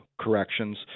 corrections